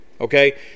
okay